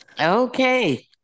Okay